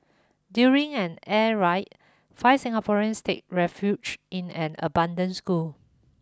during an air ride five Singaporeans take refuge in an abundant school